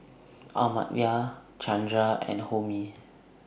Amartya Chandra and Homi